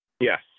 Yes